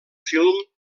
film